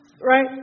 right